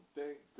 thank